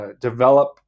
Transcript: develop